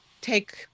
take